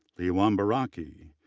liwam beraki,